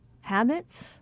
Habits